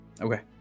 Okay